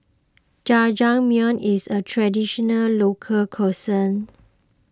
Jajangmyeon is a Traditional Local Cuisine